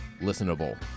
listenable